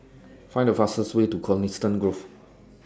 Find The fastest Way to Coniston Grove